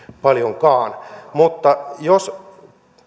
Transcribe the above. paljonkaan mutta jos